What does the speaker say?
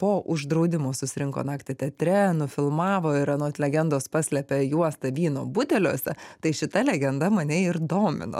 po uždraudimo susirinko naktį teatre nufilmavo ir anot legendos paslėpė juostą vyno buteliuose tai šita legenda mane ir domino